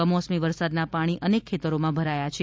કમોસમી વરસાદના પાણી અનેક ખેતરોમાં ભરાયાં છે